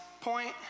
point